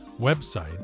website